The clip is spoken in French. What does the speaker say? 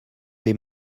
les